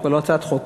זה כבר לא הצעת חוק,